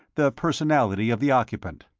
the personality of the occupant.